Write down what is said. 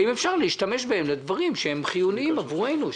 האם אפשר להשתמש בהם לדברים שהם חיוניים עבורנו,